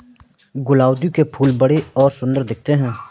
गुलदाउदी के फूल बड़े और सुंदर दिखते है